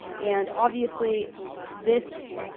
and obviously this,